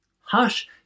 Hush